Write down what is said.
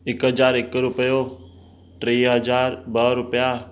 हिकु हज़ार हिकु रुपयो टीह हज़ार ॿ रुपया